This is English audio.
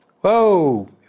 Whoa